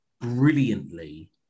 brilliantly